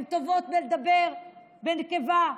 הן טובות בלדבר בנקבה,